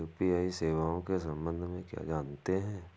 UPI सेवाओं के संबंध में क्या जानते हैं?